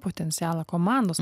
potencialą komandos